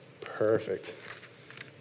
Perfect